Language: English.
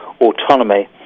autonomy